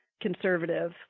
conservative